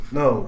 no